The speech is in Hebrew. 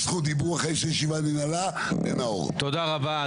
הישיבה ננעלה בשעה 21:02.